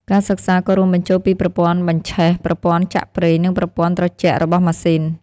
ការសិក្សាក៏រួមបញ្ចូលពីប្រព័ន្ធបញ្ឆេះ ប្រព័ន្ធចាក់ប្រេងនិងប្រព័ន្ធត្រជាក់របស់ម៉ាស៊ីន។